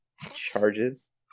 Charges